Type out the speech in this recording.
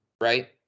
right